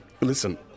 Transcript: Listen